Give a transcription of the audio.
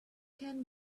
ken